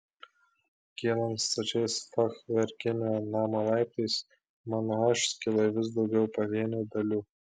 kylant stačiais fachverkinio namo laiptais mano aš skilo į vis daugiau pavienių dalių